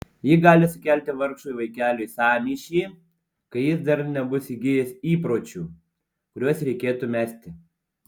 ji gali sukelti vargšui vaikeliui sąmyšį kai jis dar nebus įgijęs įpročių kuriuos reikėtų mesti